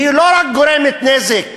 היא לא רק גורמת נזק